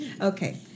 Okay